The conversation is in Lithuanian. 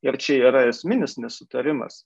ir čia yra esminis nesutarimas